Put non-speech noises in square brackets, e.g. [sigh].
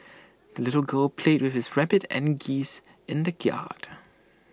the little girl played with his rabbit and geese in the [unintelligible] yard